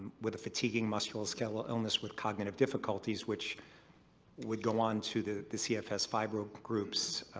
with the fatiguing muscular skeletal illness with cognitive difficulties which would go on to the the cfs fibro groups.